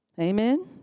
Amen